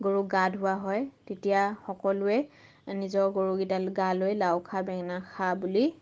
গৰুক গা ধোওৱা হয় তেতিয়া সকলোৱে নিজৰ গৰুকেইটাৰ গালৈ লাও খা বেঙেনা খা বুলি